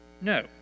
No